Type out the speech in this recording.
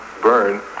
burn